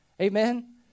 Amen